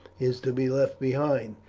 is to be left behind.